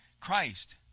christ